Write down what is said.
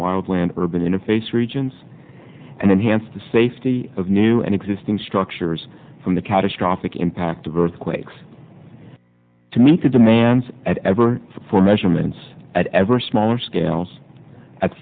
wild land urban interface regions and then hence the safety of new and existing structures from the catastrophic impact of earthquakes to meet the demands ever for measurements at ever smaller scales at